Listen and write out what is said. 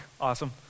Awesome